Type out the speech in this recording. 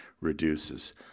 reduces